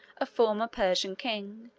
a former persian king,